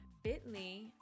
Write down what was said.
bit.ly